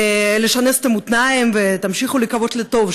לשנס את המותניים ותמשיכו לקוות לטוב,